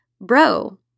bro